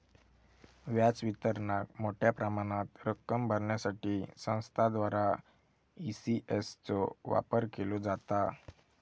व्याज वितरणाक मोठ्या प्रमाणात रक्कम भरण्यासाठी संस्थांद्वारा ई.सी.एस चो वापर केलो जाता